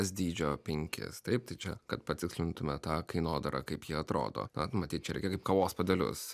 s dydžio penkis taip tai čia kad patikslintume tą kainodarą kaip ji atrodo bet matyt čia reikia kaip kavos puodelius